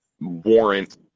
warrant